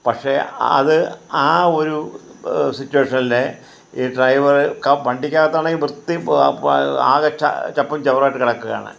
പക്ഷേ അത് ആ ഒരു സിറ്റുവേഷനിലെ ഈ ഡ്രൈവറ് വണ്ടിക്കകത്താണെങ്കിൽ വൃത്തി ആകെ പ ച ചപ്പും ചവറായിട്ട് കിടക്കുവാണ്